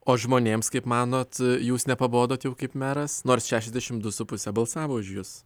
o žmonėms kaip manot jūs nepabodot jau kaip meras nors šešiasdešimt du su puse balsavo už jus